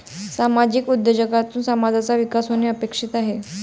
सामाजिक उद्योजकतेतून समाजाचा विकास होणे अपेक्षित आहे